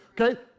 okay